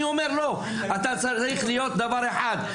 ואני אומר דבר אחד,